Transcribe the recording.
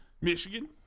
Michigan